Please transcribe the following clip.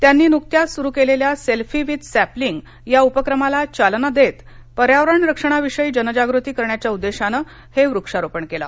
त्यांनी नुकत्याच सुरु केलेल्या ंसेल्फी विथ सॅपलिंग या उपक्रमाला चालना देत पर्यावरण रक्षणाविषयी जनजागृती करण्याच्या उद्देशानं हे वृक्षारोपण केलं